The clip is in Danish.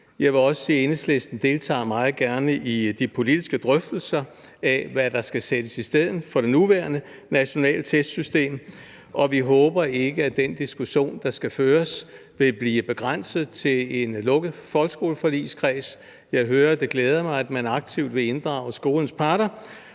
Jeg vil også sige, at Enhedslisten meget gerne deltager i de politiske drøftelser af, hvad der skal sættes i stedet for det nuværende nationale testsystem, og vi håber ikke, at den diskussion, der skal føres, vil blive begrænset til en lukket folkeskoleforligskreds. Jeg hører – og det glæder mig – at man aktivt vil inddrage skolens parter,